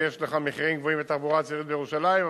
ויש לך מחירים גבוהים לתעבורה ציבורית בירושלים,